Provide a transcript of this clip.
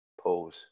pause